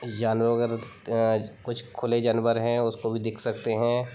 जानवर वग़ैरह दिखते कुछ खुले जानवर हैं उसको भी देख सकते हैं